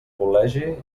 col·legi